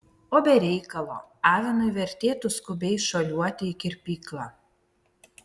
o be reikalo avinui vertėtų skubiai šuoliuoti į kirpyklą